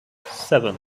seven